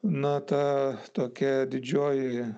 na ta tokia didžioji